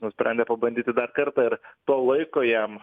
nusprendė pabandyti dar kartą ir to laiko jam